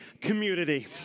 community